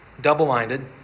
double-minded